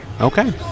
okay